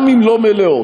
גם אם לא מלאות.